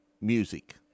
music